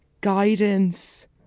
guidance